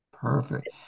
Perfect